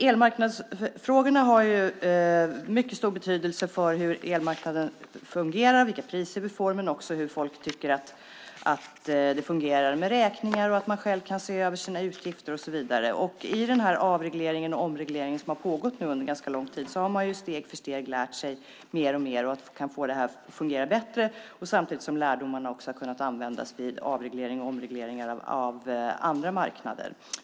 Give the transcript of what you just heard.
Elmarknadsfrågorna har en mycket stor betydelse för hur elmarknaden fungerar, för vilka priser vi får och också för hur folk tycker att det fungerar med räkningar, med att man själv kan se över sina utgifter och så vidare. I samband med den avreglering och omreglering som pågått under en ganska lång tid har man steg för steg lärt sig mer så att vi kan få det här att fungera bättre, samtidigt som lärdomarna också kunnat användas vid avreglering och omreglering av andra marknader.